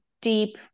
deep